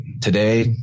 today